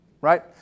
right